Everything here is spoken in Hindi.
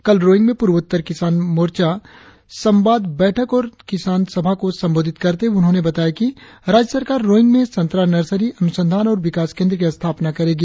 कल रोईंग में प्रर्वोत्तर किसानों मोर्चा संवाद बैठक और किसानों सभा को संबोधित करते हुए उन्होंने बताया कि राज्य सरकार रोईंग में संतरा नर्सरी अनुसंधान और विकास केंद्र की स्थापना करेगी